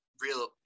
real